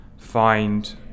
Find